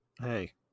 hey